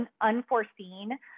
unforeseen